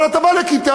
אבל אתה בא לכיתה,